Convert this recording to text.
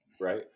right